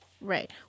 Right